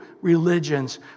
religions